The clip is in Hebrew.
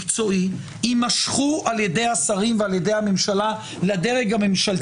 מקצועי יימשכו על ידי השרים ועל ידי הממשלה לדרג הממשלתי.